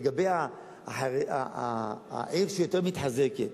לגבי העיר שהיא יותר מתחזקת,